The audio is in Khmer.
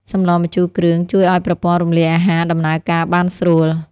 សម្លម្ជូរគ្រឿង ជួយឱ្យប្រព័ន្ធរំលាយអាហារដំណើរការបានស្រួល។